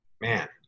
Man